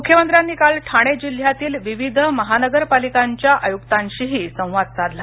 मुख्यमंत्र्यांनी काल ठाणे जिल्ह्यातील विविध महानगरपालीकांच्या आयुक्तांशीही संवाद साधला